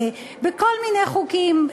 בכל מיני חוקים,